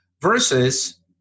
Versus